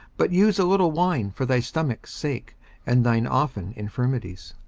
but use a little wine for thy stomach's sake and thine often infirmities.